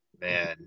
man